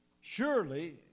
Surely